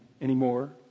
anymore